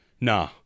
nah